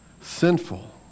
Sinful